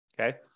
okay